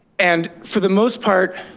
and for the most part,